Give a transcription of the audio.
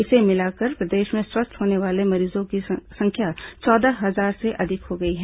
इसे मिलाकर प्रदेश में स्वस्थ होने वाले मरीजों का आंकड़ा चौदह हजार से अधिक हो गया है